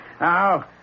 Now